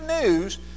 news